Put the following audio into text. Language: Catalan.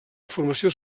informació